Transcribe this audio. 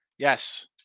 Yes